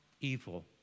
evil